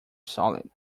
solid